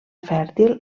fèrtil